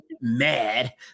mad